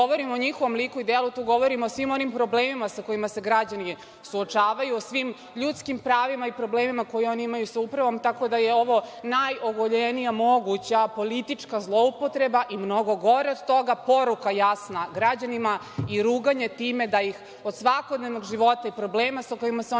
ovo najogoljenija moguća politička zloupotreba i mnogo gore od toga, poruka jasna građanima i ruganje time da ih od svakodnevnog života i problema sa kojima se oni suočavaju